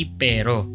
pero